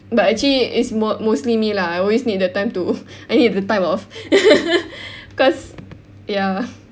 but actually it's mos~ mostly me lah I always need the time to I need the time off cause ya